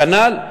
כנ"ל.